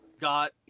got